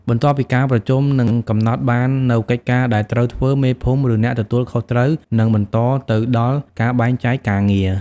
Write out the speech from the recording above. បន្ទាប់ពីការប្រជុំ និងកំណត់បាននូវកិច្ចការដែលត្រូវធ្វើ មេភូមិ ឬអ្នកទទួលខុសត្រូវ នឹងបន្តទៅដល់ការបែងចែកការងារ។